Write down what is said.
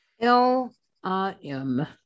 l-i-m